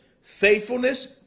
faithfulness